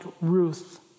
Ruth